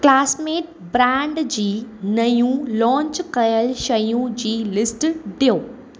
classmate brand जी नयूं launch कयल शयूं जी लिस्ट ॾियो